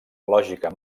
lògica